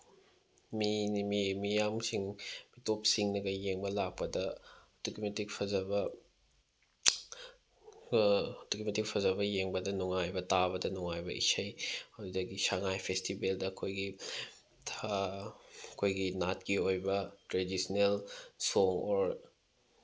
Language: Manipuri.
ꯃꯤꯌꯥꯝꯁꯤꯡ ꯃꯤꯇꯣꯞꯁꯤꯡꯅꯒ ꯌꯦꯡꯕ ꯂꯥꯛꯄꯗ ꯑꯗꯨꯛꯀꯤ ꯃꯇꯤꯛ ꯐꯖꯕ ꯑꯗꯨꯛꯀꯤ ꯃꯇꯤꯛ ꯐꯖꯕ ꯌꯦꯡꯕꯗ ꯅꯨꯡꯉꯥꯏꯕ ꯇꯥꯕꯗ ꯅꯨꯡꯉꯥꯏꯕ ꯏꯁꯩ ꯑꯗꯒꯤ ꯁꯉꯥꯏ ꯐꯦꯁꯇꯤꯚꯦꯜꯗ ꯑꯩꯈꯣꯏꯒꯤ ꯑꯩꯈꯣꯏꯒꯤ ꯅꯥꯠꯀꯤ ꯑꯣꯏꯕ ꯇ꯭ꯔꯦꯗꯤꯁꯅꯦꯜ ꯁꯣꯡ ꯑꯣꯔ